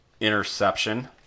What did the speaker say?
interception